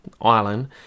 island